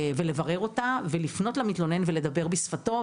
לברר אותה ולפנות למתלונן ולדבר בשפתו.